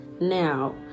now